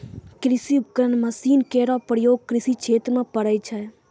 कृषि उपकरण मसीन केरो प्रयोग कृषि क्षेत्र म पड़ै छै